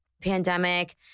pandemic